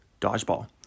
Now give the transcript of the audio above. Dodgeball